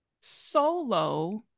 solo